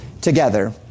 together